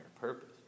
purpose